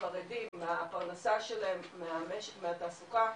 לפרנסה שלהם, מהתעסוקה.